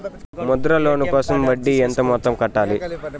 Mudra loan కోసం వడ్డీ ఎంత మొత్తం కట్టాలి